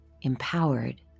empowered